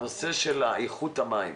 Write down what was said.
הנושא של איכות המים.